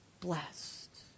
blessed